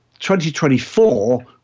2024